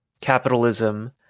capitalism